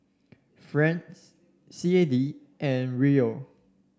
France C A D and Riyal